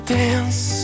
dance